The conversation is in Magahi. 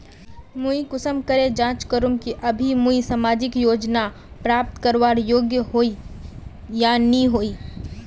मुई कुंसम करे जाँच करूम की अभी मुई सामाजिक योजना प्राप्त करवार योग्य होई या नी होई?